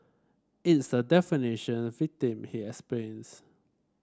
it's a definition victim he explains